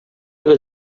эле